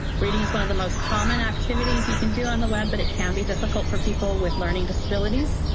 reading is one of the most common activities you can do on the web but it can be difficult for people with learning disabilities.